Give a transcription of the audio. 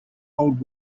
old